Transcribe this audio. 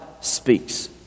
speaks